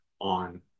on